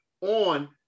on